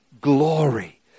glory